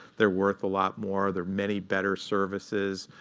they're worth a lot more. there are many, better services.